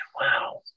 wow